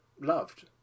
loved